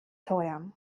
teuer